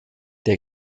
der